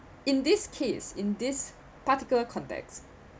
in this case in this particular context